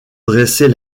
dresser